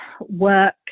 work